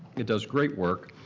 it does great work.